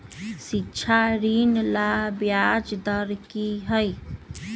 शिक्षा ऋण ला ब्याज दर कि हई?